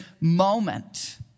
moment